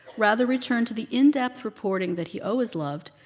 rather returned to the in-depth reporting that he always loved,